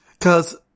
cause